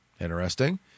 Interesting